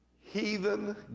heathen